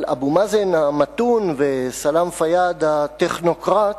אבל אבו מאזן "המתון" וסלאם פיאד "הטכנוקרט",